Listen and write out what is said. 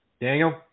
Daniel